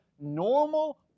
normal